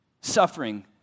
suffering